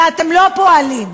ואתם לא פועלים.